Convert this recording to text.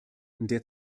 der